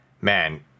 man